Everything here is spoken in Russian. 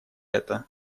это